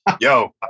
yo